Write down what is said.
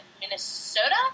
Minnesota